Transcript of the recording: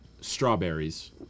strawberries